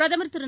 பிரதமர் திரு